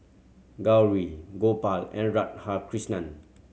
Gauri Gopal and Radhakrishnan